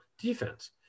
defense